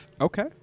Okay